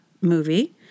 movie